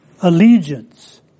Allegiance